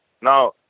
Now